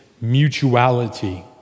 mutuality